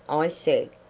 i said.